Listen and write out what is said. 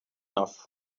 off